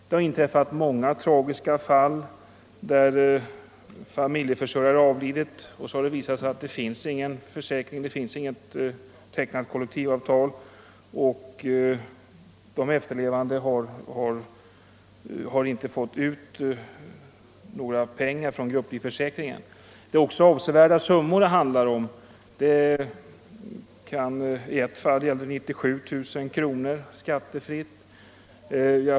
Det har inträffat många tragiska fall där familjeförsörjare har avlidit och där det sedan har visat sig att det inte har tecknats något kollektivavtal. Det finns alltså ingen försäkring. De efterlevande har därför inte fått ut några pengar från grupplivförsäkringen. Det är avsevärda summor som det här handlar om. I ett fall gällde det 97 000 kronor skattefritt.